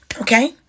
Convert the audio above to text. Okay